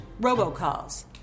robocalls